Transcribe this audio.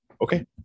Okay